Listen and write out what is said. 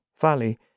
Valley